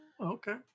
okay